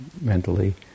mentally